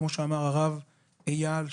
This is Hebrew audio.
כמו שאמר הרב אייל,